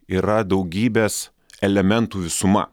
yra daugybės elementų visuma